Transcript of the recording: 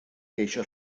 geisio